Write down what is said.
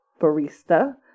barista